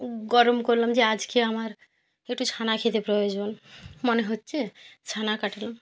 গরম করলাম যে আজকে আমার একটু ছানা খেতে প্রয়োজন মনে হচ্ছে ছানা কাটালাম